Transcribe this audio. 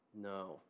no